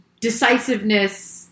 decisiveness